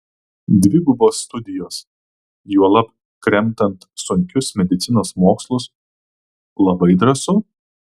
dvigubos studijos juolab kremtant sunkius medicinos mokslus labai drąsu